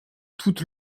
toute